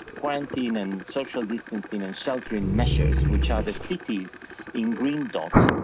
quarantine and social distancing and sheltering measures, which are the cities in green dots,